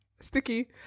Sticky